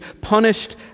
punished